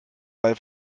weil